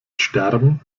sterben